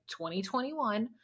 2021